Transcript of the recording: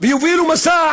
ויובילו מסע